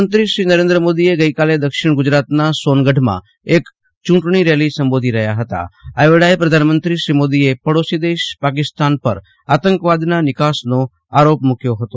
પ્રધાનમંત્રીશ્રી નરેન્દ્ર મોદીએ ગઈકાલે દક્ષિણ ગુજરાતના સોનગઢમાં એક ચૂંટણીરેલી સંબોધી હતી આ વેળાએ પ્રધાનમંત્રીશ્રી મોદીએ પાડોશી દેશ પાકિસ્તાન પર આતંકવાદના નિકાસનો આરોપ મૂક્યો હતો